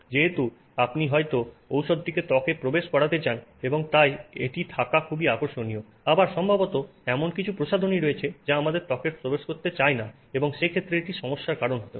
যেহেতু আপনি হয়তো ঔষধটি ত্বকে প্রবেশ করতে চান এবং তাই এটি থাকা খুবই আকর্ষণীয় আবার সম্ভবত এমন কিছু প্রসাধনী রয়েছে যা আমরা আমাদের ত্বকে প্রবেশ করতে চাই না এবং সেক্ষেত্রে এটি সমস্যার কারণ হতে পারে